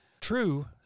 True